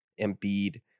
Embiid